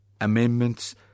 amendments